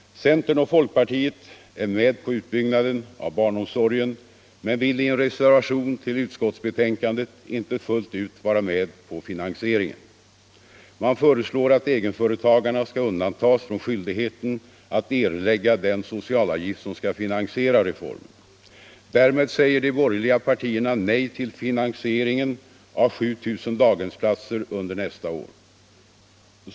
Centern och folkpartiet är med på utbyggnaden av barnomsorgen men vill i en reservation till utskottsbetänkandet inte fullt ut vara med på finansieringen. Man föreslär att egenföretagarna skall undantas från skyldigheten att erlägga den soctalavgift som skall finansiera reformen. Därmed säger de borgertiga partierna nej till finansieringen av 7000 daghemsplatser under nästa år.